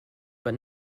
but